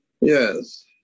Yes